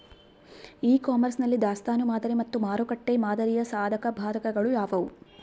E commerce ನಲ್ಲಿ ದಾಸ್ತನು ಮಾದರಿ ಮತ್ತು ಮಾರುಕಟ್ಟೆ ಮಾದರಿಯ ಸಾಧಕಬಾಧಕಗಳು ಯಾವುವು?